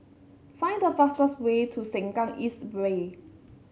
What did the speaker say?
find the fastest way to Sengkang East Way